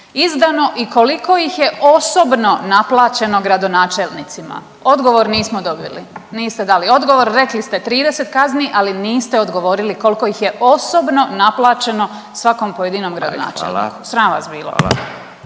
izdano i koliko ih je osobno naplaćeno gradonačelnicima. Odgovor nismo dobili. Niste dali odgovor, rekli ste 30 kazni ali niste odgovorili koliko ih je osobno naplaćeno svakom pojedinom gradonačelniku. …/Upadica: